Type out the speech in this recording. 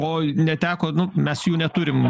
o neteko nu mes jų neturim